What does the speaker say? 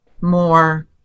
more